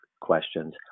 questions